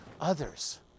others